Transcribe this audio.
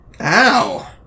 Ow